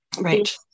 right